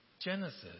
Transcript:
Genesis